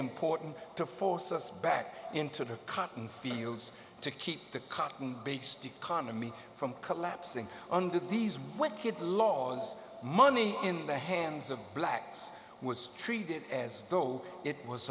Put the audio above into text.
important to force us back into the cotton fields to keep the cotton based economy from collapsing under these wicked laws money in the hands of blacks was treated as though it was